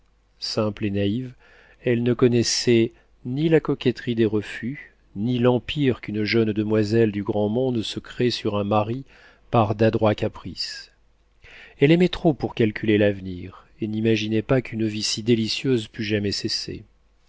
simple et naïve elle ne connaissait ni la coquetterie des refus ni l'empire qu'une jeune demoiselle du grand monde se crée sur un mari par d'adroits caprices elle aimait trop pour calculer l'avenir et n'imaginait pas qu'une vie si délicieuse pût jamais cesser